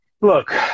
look